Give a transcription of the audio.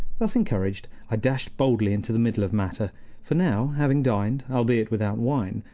thus encouraged, i dashed boldly into the middle of matter for now, having dined, albeit without wine,